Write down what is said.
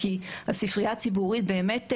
כי הספרייה הציבורית באמת מאפשרת,